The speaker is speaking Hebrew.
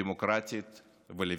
דמוקרטית וליברלית.